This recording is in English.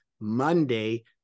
Monday